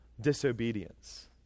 disobedience